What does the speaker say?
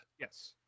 Yes